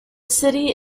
city